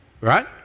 right